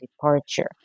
departure